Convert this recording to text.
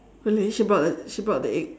really she brought the she brought the egg